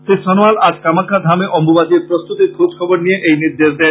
শ্রী সনোয়াল আজ কামাখ্যাধামে অম্ববাচীর প্রস্তুতির খোঁজখবর নিয়ে এই নির্দেশ দেন